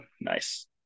nice